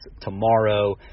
tomorrow